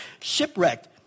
shipwrecked